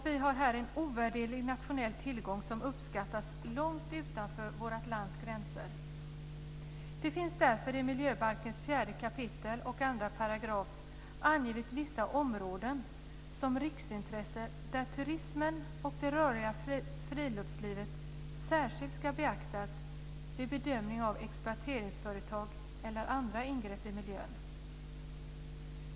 Vi har här en ovärderlig nationell tillgång som uppskattas långt utanför vårt lands gränser. Det finns därför i miljöbalkens 4 kap. 2 § angivet vissa områden som riksintresse där turismen och det rörliga friluftslivet särskilt ska beaktas vid bedömningen av exploateringsföretag eller andra ingrepp i miljön.